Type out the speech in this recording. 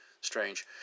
Strange